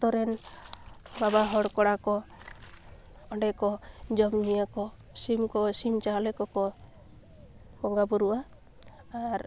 ᱟᱛᱳᱨᱮᱱ ᱵᱟᱵᱟᱦᱚᱲ ᱠᱚᱲᱟᱠᱚ ᱚᱸᱰᱮ ᱠᱚ ᱡᱚᱢᱼᱧᱩᱭ ᱟᱠᱚ ᱥᱤᱢᱠᱚ ᱥᱤᱢ ᱪᱟᱣᱞᱮᱠᱚ ᱠᱚ ᱵᱚᱸᱜᱟ ᱵᱳᱨᱳᱜᱼᱟ ᱟᱨ